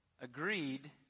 agreed